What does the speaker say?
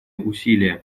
усилия